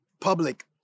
public